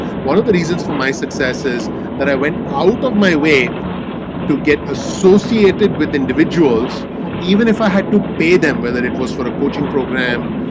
one of the reasons for my success is that i went out of my way to get associated with individuals even if i had to pay them. whether it was for a coaching program,